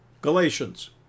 Galatians